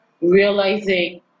Realizing